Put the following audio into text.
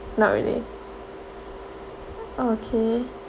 not really oh okay